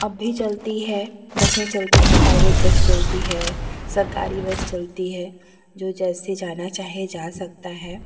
अब भी चलती हैं बसें चलती हैं प्राइवेट बस चलती है सरकारी बस चलती है जो जैसे जाना चाहे जा सकता है